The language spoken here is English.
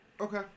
Okay